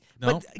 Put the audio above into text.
No